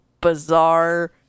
bizarre